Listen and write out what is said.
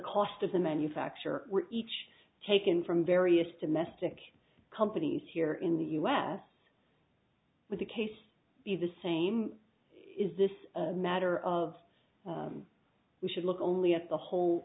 cost of the manufacture were each taken from various domestic companies here in the u s with the case the same is this matter of we should look only at the whole